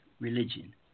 religion